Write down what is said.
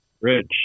Rich